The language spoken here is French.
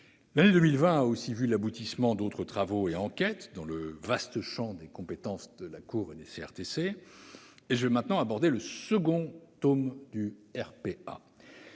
L'année 2020 a également vu l'aboutissement d'autres travaux et enquêtes, dans le vaste champ des compétences de la Cour et des CRTC. J'en viens ainsi au second tome du RPA.